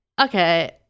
okay